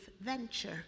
venture